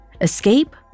escape